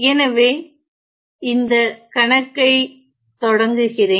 எனவே இந்த கணக்கை தொடங்குகிறேன்